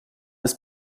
ist